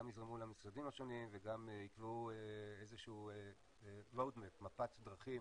יזרמו למשרדים השונים וגם יקבעו איזה שהיא מפת דרכים